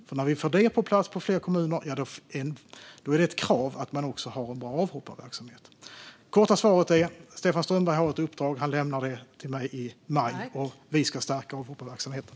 När vi får det på plats i fler kommuner blir det krav på att ha en bra avhopparverksamhet. Det korta svaret är: Stefan Strömberg har ett uppdrag och ska lämna en rapport till mig i maj, och vi ska stärka avhopparverksamheten.